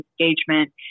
engagement